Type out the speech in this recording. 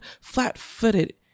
flat-footed